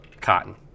cotton